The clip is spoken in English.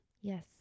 Yes